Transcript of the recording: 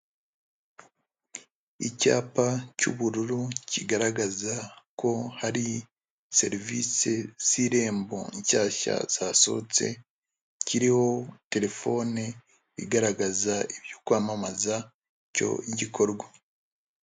Icyapa cy'ubururu kigaragaza ko hari serivisi z'irembo nshyashya zasohotse, kiriho telefone igaragaza ibyo kwamamaza icyo gikorwa.